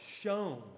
shown